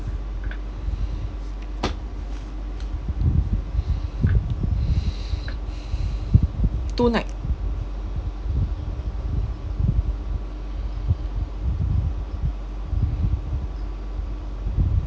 two night